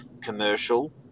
commercial